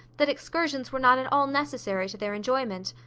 that excursions were not at all necessary to their enjoyment.